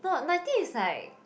not ninety is like